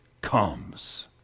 comes